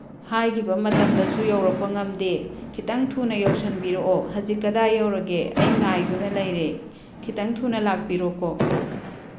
ꯍꯥꯏꯈꯤꯕ ꯃꯇꯝꯗꯁꯨ ꯌꯧꯔꯛꯄ ꯉꯝꯗꯦ ꯈꯤꯇꯪ ꯊꯨꯅ ꯌꯧꯁꯤꯟꯕꯤꯔꯛꯑꯣ ꯍꯧꯖꯤꯛ ꯀꯗꯥꯏ ꯌꯧꯔꯒꯦ ꯑꯩ ꯉꯥꯏꯗꯨꯅ ꯂꯩꯔꯦ ꯈꯤꯇꯪ ꯊꯨꯅ ꯂꯥꯛꯄꯤꯔꯣꯀꯣ